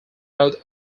both